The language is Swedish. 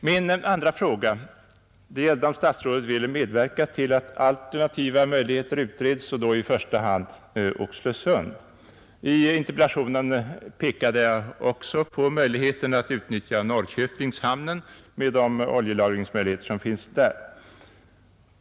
Min andra fråga gällde om statsrådet ville medverka till att alternativa möjligheter utreds, och då i första hand Oxelösund. I interpellationen pekade jag också på möjligheten att utnyttja Norrköpingshamnen med de oljelagringsmöjligheter som finns där.